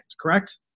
correct